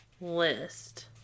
list